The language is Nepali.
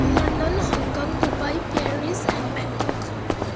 London Hong Kong Dubai Paris and Bangkok